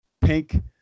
pink